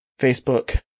Facebook